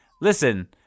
listen